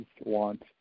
want